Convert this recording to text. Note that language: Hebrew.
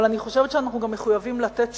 אבל אני חושבת שאנחנו גם מחויבים לתת תשובות,